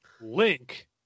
Link